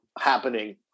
happening